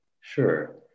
Sure